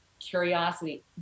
curiosity